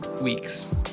weeks